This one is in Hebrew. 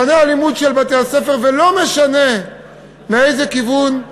ולא משנה מאיזה כיוון,